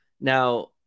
now